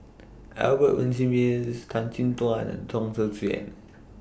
Albert Winsemius Tan Chin Tuan and Chong Tze Chien